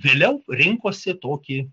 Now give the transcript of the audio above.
vėliau rinkosi tokį